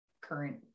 current